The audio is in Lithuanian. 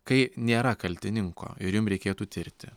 kai nėra kaltininko ir jum reikėtų tirti